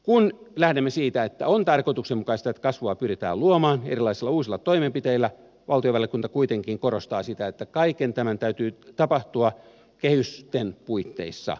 kun lähdemme siitä että on tarkoituksenmukaista että kasvua pyritään luomaan erilaisilla uusilla toimenpiteillä valtiovarainvaliokunta kuitenkin korostaa sitä että kaiken tämän täytyy tapahtua kehysten puitteissa